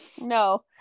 No